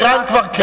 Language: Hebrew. אירן כבר כן.